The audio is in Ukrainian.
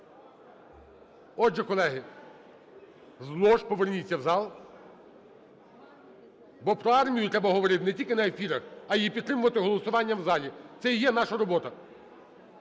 Отже, колеги, з лож поверніться в зал, бо про армію треба говорити не тільки на ефірах, а й підтримувати голосуванням в залі. Це і є наша робота.